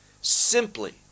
simply